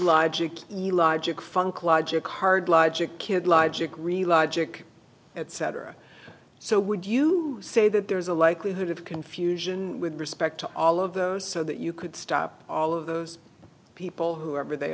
logic logic funk logic hard logic kid logic relied chick etc so would you say that there's a likelihood of confusion with respect to all of those so that you could stop all of those people whoever they